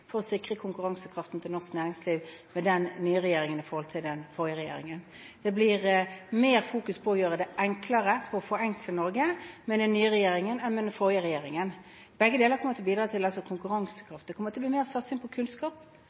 for å sikre konkurransekraften til norsk næringsliv med den nye regjeringen i forhold til den forrige regjeringen. Det blir mer fokus på å forenkle Norge med den nye regjeringen enn med den forrige regjeringen. Begge deler kommer til å bidra til konkurransekraft. Det kommer til å bli mer satsing på kunnskap,